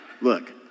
Look